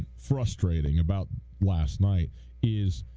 frustrating about last night is